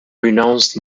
renounced